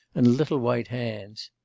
and little white hands.